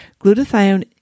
Glutathione